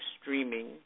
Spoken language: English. streaming